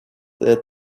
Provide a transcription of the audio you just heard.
their